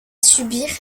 subir